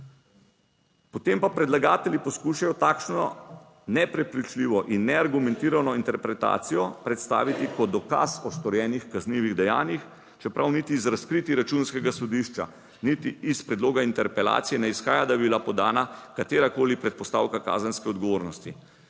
Potem pa predlagatelji poskušajo takšno neprepričljivo in neargumentirano interpretacijo predstaviti kot dokaz o storjenih kaznivih dejanjih, čeprav niti iz razkritij Računskega sodišča, niti iz predloga interpelacije ne izhaja, da bi bila podana katerakoli predpostavka kazenske odgovornosti.